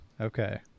Okay